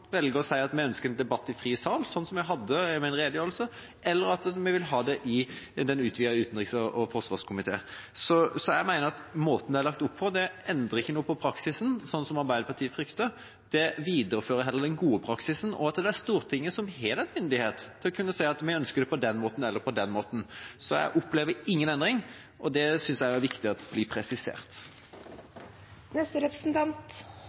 velge å si at vi ønsker en debatt i åpen sal, slik vi har om redegjørelser, eller om vi vil ha det i Den utvidete utenriks- og forsvarskomité. Jeg mener at måten det er lagt opp på, ikke endrer praksisen, som Arbeiderpartiet frykter. Det viderefører heller den gode praksisen, og det er Stortinget som har myndighet til å si at vi ønsker å ha det på den ene eller den andre måten. Så jeg opplever ingen endring. Det synes jeg det er viktig blir